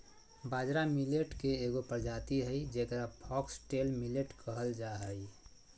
बाजरा मिलेट के एगो प्रजाति हइ जेकरा फॉक्सटेल मिलेट कहल जा हइ